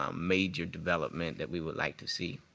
um major development that we would like to see,